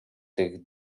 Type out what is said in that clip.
tych